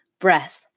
breath